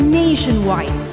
nationwide